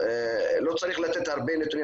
לא צריך לתת הרבה נתונים,